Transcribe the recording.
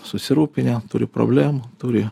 susirūpinę turi problemų turi